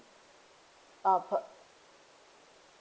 uh per